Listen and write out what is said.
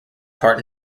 part